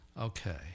Okay